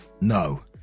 no